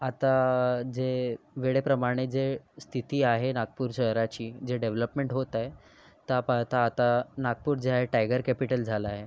आता जे वेळेप्रमाणे जे स्थिती आहे नागपूर शहराची जे डेव्हलपमेंट होत आहे ता पाहता आता नागपूर जे आहे टायगर कॅपिटल झालं आहे